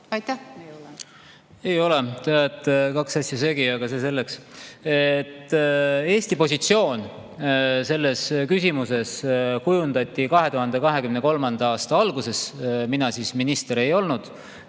Ei ole. Te ajate kaks asja segi, aga see selleks. Eesti positsioon selles küsimuses kujundati 2023. aasta alguses. Mina siis minister ei olnud.